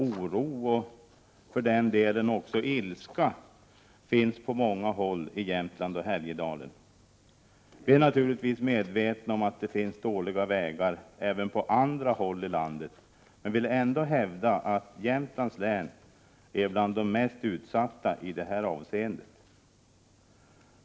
Oro, och för den delen också ilska, finns på många håll i Jämtland och Härjedalen. Vi är naturligtvis medvetna om att det finns dåliga vägar även på andra håll i landet, men vi vill ändå hävda att Jämtlands län är bland de mest utsatta i detta avseende.